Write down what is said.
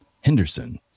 Henderson